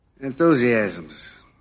enthusiasms